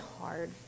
hard